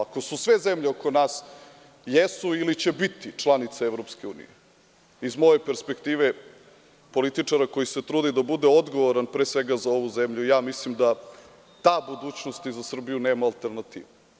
Ako su sve zemlje oko nas, jesu ili će biti članice EU, iz moje perspektive političara koji se trudi da bude odgovoran pre svega za ovu zemlju, mislim da ta budućnost za Srbiju nema alternativu.